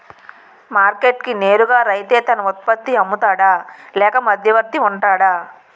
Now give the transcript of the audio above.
Market కి నేరుగా రైతే తన ఉత్పత్తి నీ అమ్ముతాడ లేక మధ్యవర్తి వుంటాడా?